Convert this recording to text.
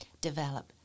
develop